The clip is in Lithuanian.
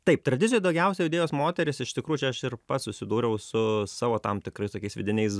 taip tradicijoj daugiausiai audėjos moterys iš tikrų čia aš ir pats susidūriau su savo tam tikrais tokiais vidiniais